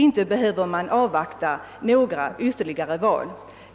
Inte behöver man avvakta några ytterligare val!